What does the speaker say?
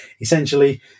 Essentially